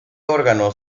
órgano